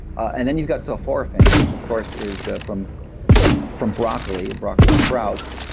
and then you've got sulforaphane, which of course is from from broccoli, broccoli sprouts.